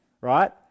Right